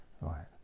Right